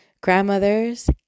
grandmothers